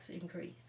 increase